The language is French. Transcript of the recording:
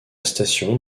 station